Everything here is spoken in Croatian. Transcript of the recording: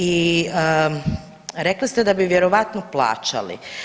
I rekli ste da bi vjerojatno plaćali.